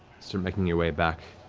start making your way back,